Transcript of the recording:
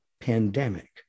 pandemic